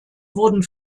wurden